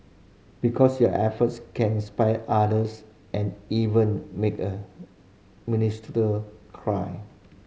because your efforts can inspire others and even make a minister cry